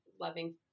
loving